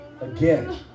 again